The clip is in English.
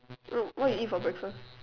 oh what you eat for breakfast